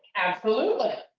absolutely.